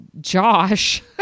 Josh